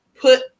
put